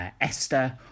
Esther